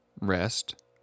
rest